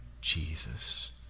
Jesus